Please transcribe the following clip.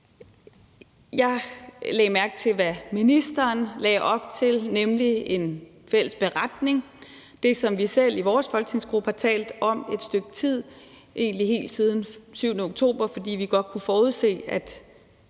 Jeg lagde mærke til, hvad ministeren lagde op til, nemlig en fælles beretning. Det, som vi i vores folketingsgruppe selv har talt om i et stykke tid – egentlig helt siden den 7. oktober, fordi vi godt kunne forudse, at